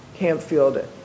Campfield